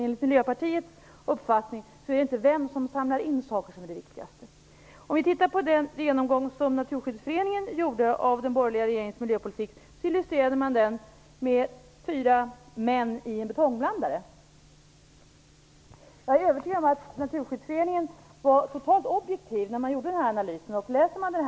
Enligt Miljöpartiets uppfattning är det inte vem som samlar in saker som är det viktigaste. I den genomgång som Naturskyddsföreningen gjorde av den borgerliga regeringens miljöpolitik illustreras den med fyra män i en betongblandare. Jag är övertygad om att Naturskyddsföreningen var totalt objektiv när denna analys gjordes.